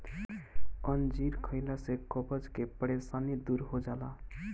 अंजीर खइला से कब्ज के परेशानी दूर हो जाला